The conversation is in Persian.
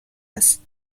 است